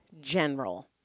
general